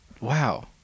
Wow